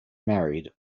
married